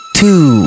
two